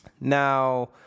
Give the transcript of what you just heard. now